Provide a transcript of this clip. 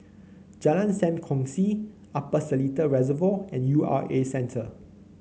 Jalan Sam Kongsi Upper Seletar Reservoir and U R A Centre